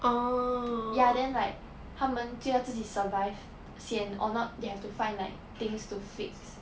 ya then like 他们就要自己 survive sian or not they have to find like things to fix